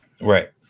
Right